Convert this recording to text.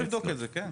אפשר לבדוק את זה, כן.